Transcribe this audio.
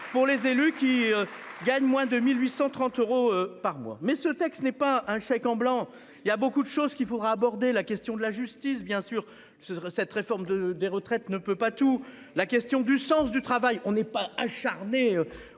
pour les élus qui gagnent moins de 1008. 130 euros par mois mais ce texte n'est pas un chèque en blanc. Il y a beaucoup de choses qu'il faudra aborder la question de la justice bien sûr ce serait cette réforme de des retraites ne peut pas tout, la question du sens du travail on n'est pas acharné.